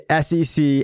SEC